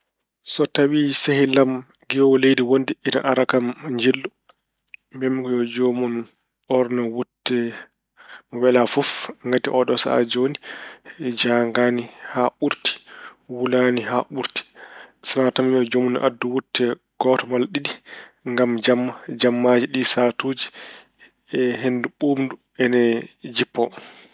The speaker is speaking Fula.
So tawi sehil ma giwoowo leydi wonndi ina ara kam njillu, mbiyammi ko yo joomun ɓoorno wuute mo wela fof. Ngati ooɗoo sahaa jooni, jaangaani haa ɓurti, wulaani haa ɓurti. Sana tan mi wiya yo joomun addu wutte gooto malla ɗiɗi ngam jamma. Jammaaji ɗi sahaatuji henndu ɓuuɓndu ina jippo.